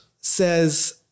says